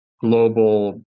global